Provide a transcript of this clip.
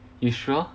you sure